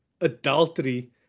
adultery